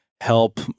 help